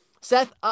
Seth